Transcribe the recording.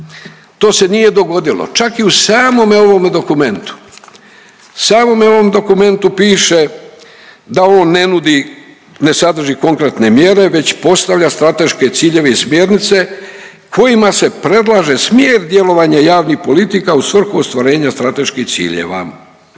To se nije dogodilo. Čak i u samome ovome dokumentu, samome ovom dokumentu piše da on ne nudi, ne sadrži konkretne mjere već postavlja strateške ciljeve i smjernice kojima se predlaže smjer djelovanja javnih politika u svrhu ostvarenja strateških ciljeva.